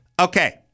Okay